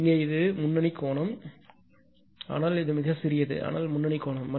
இங்கே இது முன்னணி கோணம் ஆனால் மிகச் சிறியது ஆனால் முன்னணி கோணம்